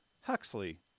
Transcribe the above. Huxley